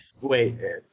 Wait